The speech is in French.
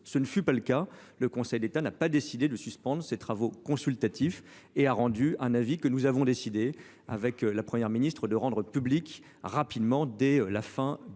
Cela n’a pas été le cas : le Conseil d’État n’a pas décidé de suspendre ses travaux consultatifs. Il a rendu un avis que nous avons décidé, avec la Première ministre, de rendre public rapidement, dès la fin de